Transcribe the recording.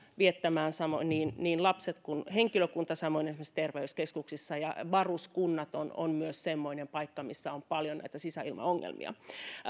viettämään niin niin lapset kuin henkilökunta samoin esimerkiksi terveyskeskuksissa varuskunnat ovat myös semmoisia paikkoja missä on paljon näitä sisäilmaongelmia